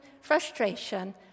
frustration